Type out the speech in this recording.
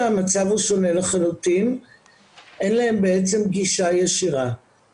שוב, לדעתי זה עניין של באמת חוסר